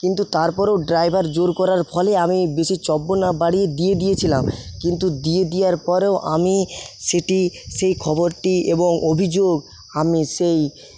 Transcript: কিন্তু তারপরেও ড্রাইভার জোর করার ফলে আমি বেশি চব্য না বাড়িয়ে দিয়ে দিয়েছিলাম কিন্তু দিয়ে দেওয়ার পরেও আমি সেটি সেই খবরটি এবং অভিযোগ আমি সেই